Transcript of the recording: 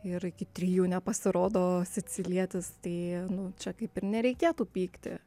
ir iki trijų nepasirodo sicilietis tai nu čia kaip ir nereikėtų pykti